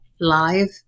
live